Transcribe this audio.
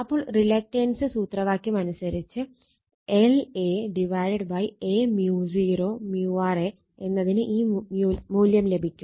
അപ്പോൾ റിലക്റ്റൻസ് സൂത്രവാക്യം അനുസരിച്ച് lA Aµ0µr A എന്നതിന് ഈ മൂല്ല്യം ലഭിക്കും